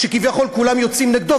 שכביכול כולם יוצאים נגדו,